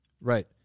Right